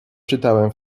czytałem